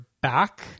back